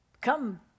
Come